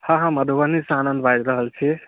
हँ हँ मधुबनीसँ आनन्द बाजि रहल छी